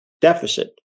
deficit